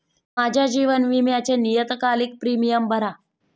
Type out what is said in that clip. माझ्या जीवन विम्याचे नियतकालिक प्रीमियम भरा